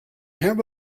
have